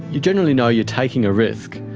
you generally know you're taking a risk.